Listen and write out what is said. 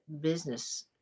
business